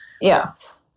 Yes